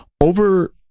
over